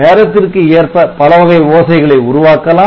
நேரத்திற்கு ஏற்ப பலவகை ஓசைகளை உருவாக்கலாம்